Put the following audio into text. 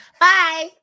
Bye